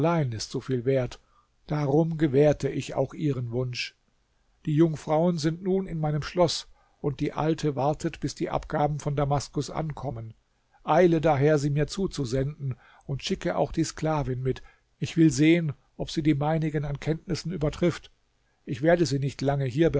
ist so viel wert darum gewährte ich auch ihren wunsch die jungfrauen sind nun in meinem schloß und die alte wartet bis die abgaben von damaskus ankommen eile daher sie mir zuzusenden und schicke auch die sklavin mit ich will sehen ob sie die meinigen an kenntnissen übertrifft ich werde sie nicht lange hier